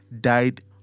died